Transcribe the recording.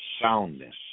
soundness